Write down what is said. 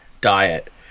diet